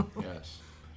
Yes